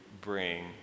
bring